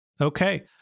Okay